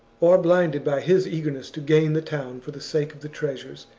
or blinded by his eagerness to gain the town for the sake of the treasures,